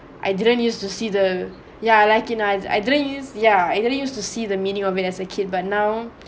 I didn't use to see the ya like it now I didn't ya I didn't use to see the meaning of it as a kid but now